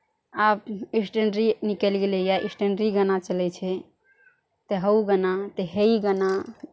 आब स्टेंडरी निकलि गेलैया स्टेंडरी गाना चलै छै तऽ हौ गाना तऽ हे इ गाना